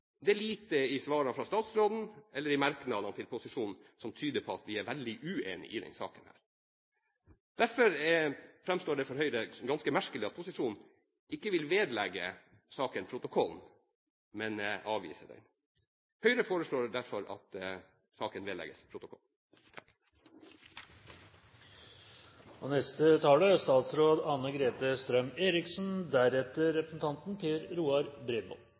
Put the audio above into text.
Det er lite i svarene fra statsråden eller i merknadene til posisjonen som tyder på at vi er veldig uenige i denne saken. Derfor framstår det for Høyre som ganske merkelig at posisjonen ikke vil vedlegge saken protokollen, men avvise den. Høyre forslår derfor at saken vedlegges protokollen.